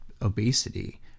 obesity